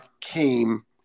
came